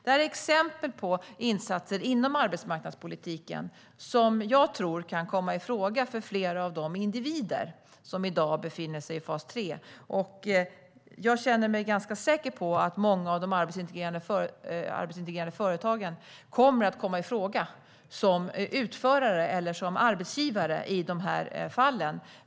Det är exempel på insatser inom arbetsmarknadspolitiken som jag tror kan komma i fråga för flera av de individer som i dag befinner sig i fas 3. Jag känner mig ganska säker på att många av de arbetsintegrerande sociala företagen kommer att komma i fråga som utförare eller arbetsgivare i de här fallen.